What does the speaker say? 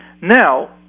now